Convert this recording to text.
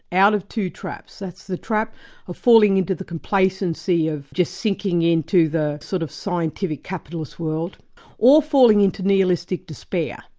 out of two traps, that's the trap of falling into the complacency of just sinking into the sort of scientific capitalistic world or falling into nihilistic despair.